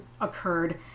occurred